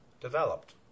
developed